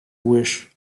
wish